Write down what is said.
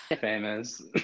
Famous